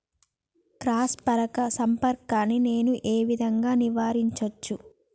Cross పరాగ సంపర్కాన్ని నేను ఏ విధంగా నివారించచ్చు?